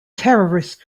terrorist